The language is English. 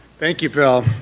thank you bill,